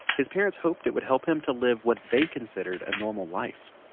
his parents hoped it would help him to live what they considered a normal life